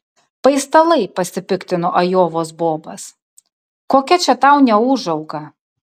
paistalai pasipiktino ajovos bobas kokia čia tau neūžauga